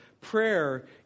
prayer